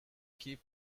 keep